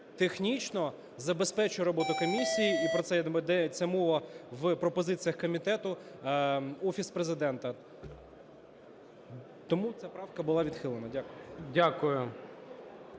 Технічно забезпечує роботу комісії, і про це йдеться мова в пропозиціях комітету, Офіс Президента. Тому ця правка була відхилена. Дякую.